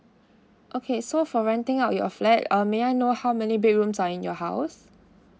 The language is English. okay so for renting out your flat uh may I know how many bedrooms are in your house